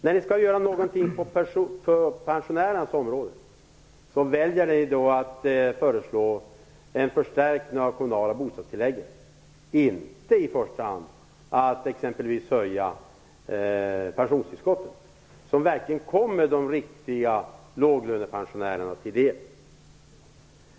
När ni skall göra någonting för pensionärerna, så väljer ni att föreslå en förstärkning av det kommunala bostadstillägget, inte i första hand exempelvis en höjning av pensionstillskottet, som verkligen kommer låglönepensionärerna till del.